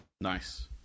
Nice